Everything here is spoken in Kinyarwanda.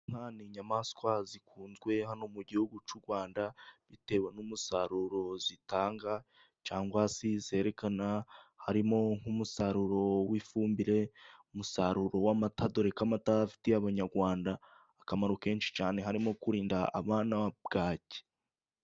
Inka ni inyamaswa zikunzwe hano mu gihugu cy'u Rwanda, bitewe n'umusaruro zitanga cyangwa se zerekana harimo: nk'umusaruro w'ifumbire, umusaruro w'amata, dore ko amatara afitiye abanyarwanda akamaro kenshi cyane harimo kurinda abana bwaki.